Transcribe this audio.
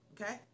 Okay